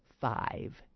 five